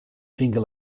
finger